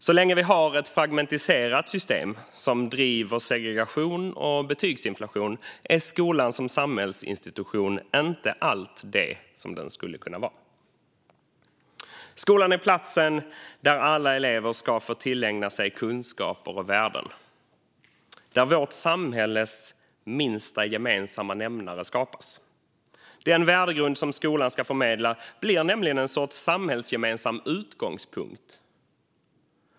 Så länge vi har ett fragmentiserat system som driver segregation och betygsinflation är skolan som samhällsinstitution inte allt det som den skulle kunna vara. Skolan är platsen där alla elever ska få tillägna sig kunskaper och värden och där vårt samhälles minsta gemensamma nämnare skapas. Den värdegrund som skolan ska förmedla blir en sorts samhällsgemensam utgångspunkt.